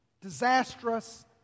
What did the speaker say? disastrous